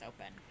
open